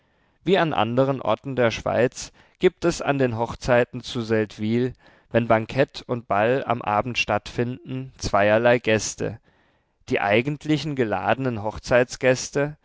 wie an anderen orten der schweiz gibt es an den hochzeiten zu seldwyl wenn bankett und ball am abend stattfinden zweierlei gäste die eigentlichen geladenen hochzeitsgäste